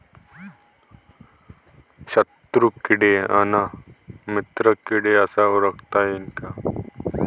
शत्रु किडे अन मित्र किडे कसे ओळखता येईन?